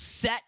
set